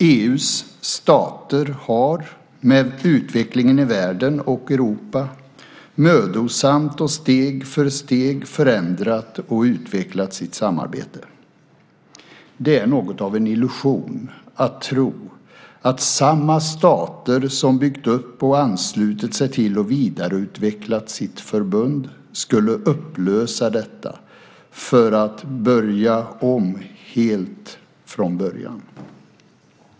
EU:s stater har med utvecklingen i världen och i Europa mödosamt och steg för steg förändrat och utvecklat sitt samarbete. Det är något av en illusion att tro att samma stater som byggt upp, anslutit sig till och vidareutvecklat sitt förbund skulle upplösa detta för att helt börja om från början.